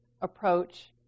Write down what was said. approach